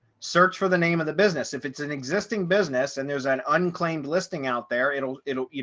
search for the name of the business. if it's an existing business, and there's an unclaimed listing out there, it'll it'll you